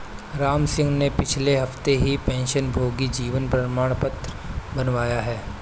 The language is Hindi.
रामसिंह ने पिछले हफ्ते ही पेंशनभोगी जीवन प्रमाण पत्र बनवाया है